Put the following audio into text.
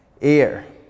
air